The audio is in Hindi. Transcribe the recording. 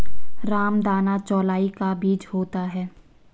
रामदाना चौलाई का बीज होता है